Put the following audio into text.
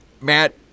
Matt